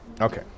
Okay